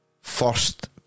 first